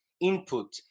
input